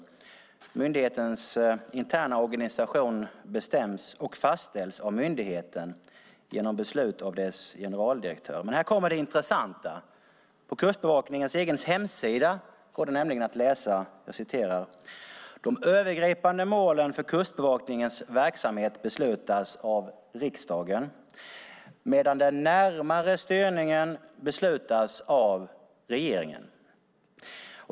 Myndighetens interna organisation bestäms och fastställs av myndigheten genom beslut av dess generaldirektör. Men här kommer det intressanta: På Kustbevakningens egen hemsida står det nämligen att läsa att "de övergripande målen för Kustbevakningens verksamhet beslutas av riksdagen medan den närmare styrningen beslutas av regeringen."